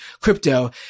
crypto